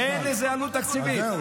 אין לזה עלות תקציבית.